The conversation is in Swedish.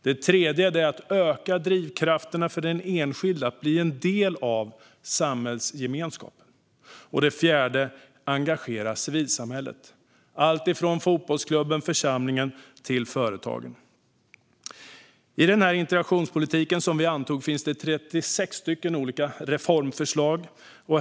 Det tredje är att öka drivkrafterna för den enskilde att bli en del av samhällsgemenskapen. Det fjärde är att engagera civilsamhället, alltifrån fotbollsklubben och församlingen till företagen. I den integrationspolitik som vi antog finns 36 olika reformförslag.